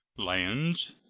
lands.